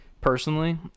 personally